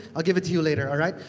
i'll give it to you later, alright?